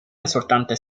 resultante